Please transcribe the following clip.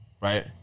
right